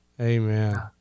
Amen